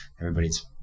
everybody's